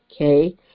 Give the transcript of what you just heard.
okay